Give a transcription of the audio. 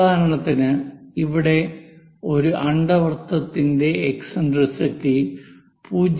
ഉദാഹരണത്തിന് ഇവിടെ ഒരു അണ്ഡവൃത്തത്തിന്റെ എക്സിൻട്രിസിറ്റി 0